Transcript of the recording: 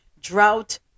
drought